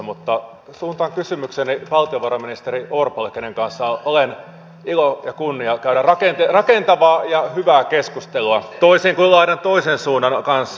mutta suuntaan kysymykseni valtiovarainministeri orpolle jonka kanssa on ilo ja kunnia käydä rakentavaa ja hyvää keskustelua toisin kuin laidan toisen suunnan kanssa